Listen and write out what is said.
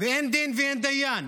ואין דין ואין דיין.